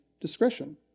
discretion